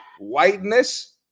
Whiteness